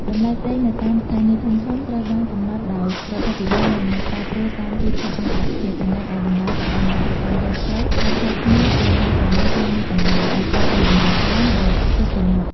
តម្លៃប្រេងនៅតាមស្ថានីយ៍ធំៗត្រូវបានកំណត់ដោយរដ្ឋាភិបាលនិងប្រែប្រួលតាមទីផ្សារអន្តរជាតិ ចំណែកឯតម្លៃរបស់អ្នកលក់តាមដងផ្លូវអាចខុសគ្នាពីមួយកន្លែងទៅមួយកន្លែង អាស្រ័យលើតម្លៃដើមដែលពួកគេទិញមក។